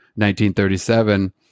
1937